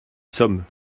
sommes